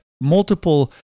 multiple